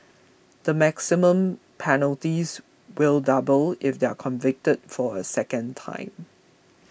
the maximum penalties will double if they are convicted for a second time